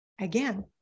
again